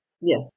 Yes